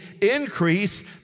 increase